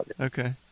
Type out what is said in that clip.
okay